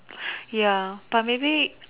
ya but maybe